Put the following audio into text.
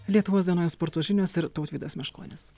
lietuvos dienoje sporto žinios ir tautvydas meškonis